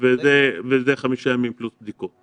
וזה חמישה ימים פלוס בדיקות.